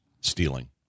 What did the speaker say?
stealing